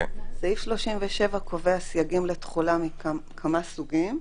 סעיף 37 קובע סייגים לתחולה מכמה סוגים.